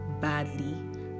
badly